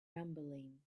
rumbling